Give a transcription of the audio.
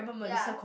ya